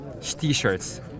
T-shirts